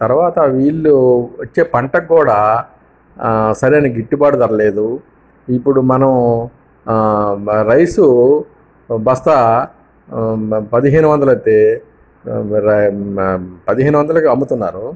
తరువాత వీళ్ళు వచ్చే పంట కూడా సరైన గిట్టుబాటు ధర లేదు ఇప్పుడు మనం రైసు బస్తా పదిహేను వందలు అయితే పదిహేను వందలకే అమ్ముతున్నారు